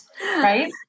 right